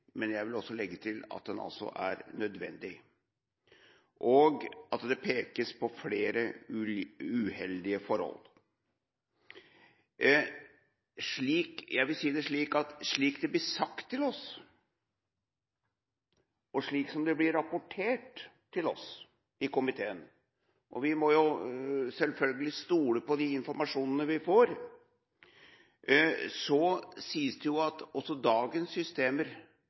men jeg vil også legge til at den altså er nødvendig, og at det pekes på flere uheldige forhold. Slik det blir sagt til oss, slik det blir rapport til oss i komiteen – og vi må selvfølgelig stole på den informasjonen vi får